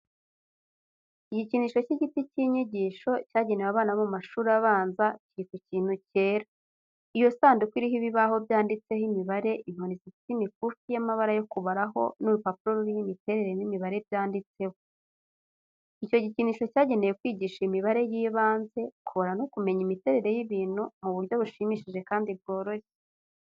Igikinisho cy'igiti cy'inyigisho cyagenewe abana bo mu mashuri abanza kiri ku kintu cyera. Iyo sanduku iriho ibibaho byanditseho imibare, inkoni zifite imikufi y'amabara yo kubaraho n'urupapuro ruriho imiterere n'imibare byanditseho. Icyo gikinisho cyagenewe kwigisha imibare y'ibanze, kubara no kumenya imiterere y'ibintu mu buryo bushimishije kandi bworoshye.